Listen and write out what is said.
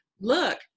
look